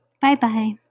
Bye-bye